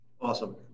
Awesome